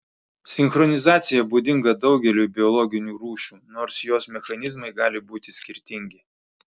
sinchronizacija būdinga daugeliui biologinių rūšių nors jos mechanizmai gali būti skirtingi